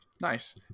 nice